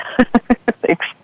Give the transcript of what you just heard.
Thanks